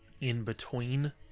in-between